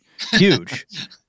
huge